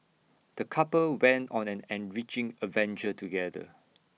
the couple went on an enriching adventure together